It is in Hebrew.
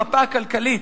במפה הכלכלית,